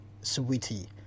Sweetie